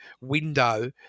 window